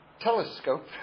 telescope